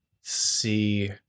see